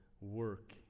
work